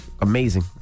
Amazing